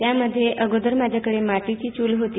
त्यामध्ये अगोदर माझ्या घरी मातीची चूल होती